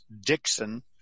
Dixon